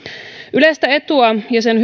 yleistä etua ja sen